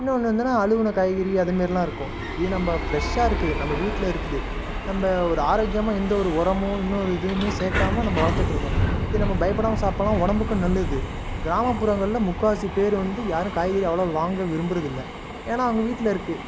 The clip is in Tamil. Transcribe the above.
இன்னொன்று வந்து நான் அழுகின காய்கறி அது மாரிலாம் இருக்கும் இது நம்ம ஃபிரெஷ்ஷாக இருக்குது நம்ம வீட்டில இருக்குது நம்ம ஒரு ஆரோக்கியமாக எந்த ஒரு உரமும் இன்னொரு எதுவுமே சேர்க்காம நம்ம வளர்த்துட்ருக்கோம் இது நம்ம பயப்படாம சாப்பிட்லாம் உடம்புக்கும் நல்லது கிராமப்புறங்கள்ல முக்கால்வாசி பேர் வந்து யாரும் காய்கறி அவ்வளோவா வாங்க விரும்புறதில்லை ஏன்னா அவங்க வீட்டில இருக்குது